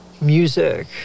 music